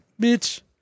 Bitch